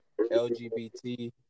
LGBT